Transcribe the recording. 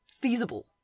feasible